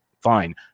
fine